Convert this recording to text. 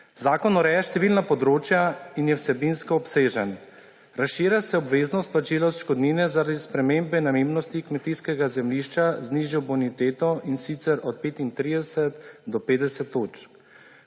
Zakon ureja številna področja in je vsebinsko obsežen. Razširja se obveznost plačila odškodnine zaradi spremembe namembnosti kmetijskega zemljišča z nižjo boniteto, in sicer od 35 do 50 točk.